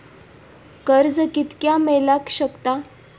कर्ज कितक्या मेलाक शकता?